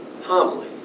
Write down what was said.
homily